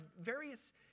various